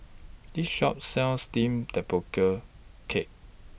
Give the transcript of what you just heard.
This Shop sells Steamed Tapioca Cake